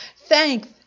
Thanks